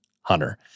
Hunter